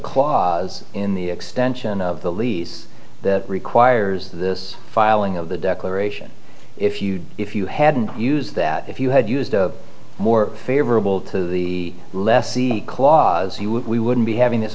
clause in the extension of the lease that requires this filing of the declaration if you if you hadn't used that if you had used a more favorable to the lessee clause he we wouldn't be having this